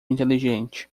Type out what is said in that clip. inteligente